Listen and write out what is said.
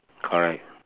correct